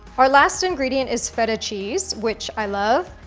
our last ingredient is feta cheese, which i love,